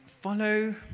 Follow